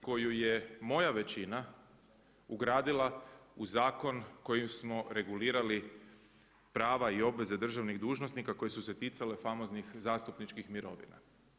koju je moja većina ugradila u zakon kojim smo regulirali prava i obveze državnih dužnosnika koje su se ticale famoznih zastupničkih mirovina.